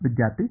ವಿದ್ಯಾರ್ಥಿ r'